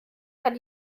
kann